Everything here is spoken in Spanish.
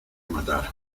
matar